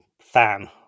fan